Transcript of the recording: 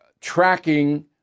tracking